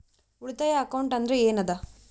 ಉಳಿತಾಯ ಅಕೌಂಟ್ ಅಂದ್ರೆ ಏನ್ ಅದ?